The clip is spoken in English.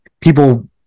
people